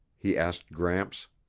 he asked gramps.